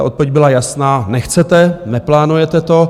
Odpověď byla jasná nechcete, neplánujete to.